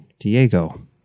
Diego